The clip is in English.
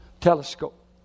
telescope